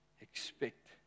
expect